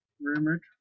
rumored